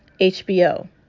HBO